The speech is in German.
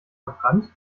verbrannt